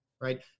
Right